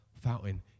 fountain